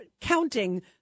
counting